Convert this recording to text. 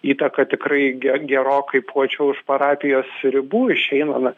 įtaka tikrai ge gerokai plačiau už parapijos ribų išeina na